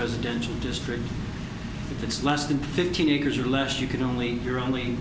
presidential district if it's less than fifteen acres or less you can only hear only